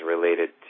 related